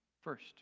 First